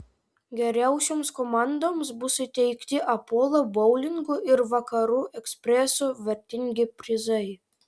geriausioms komandoms bus įteikti apolo boulingo ir vakarų ekspreso vertingi prizai